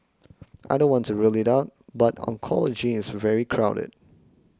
I don't want to rule it out but oncology is very crowded